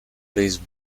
plays